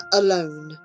alone